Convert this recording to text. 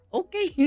okay